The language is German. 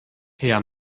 herr